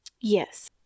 Yes